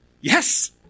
Yes